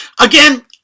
Again